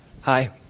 Hi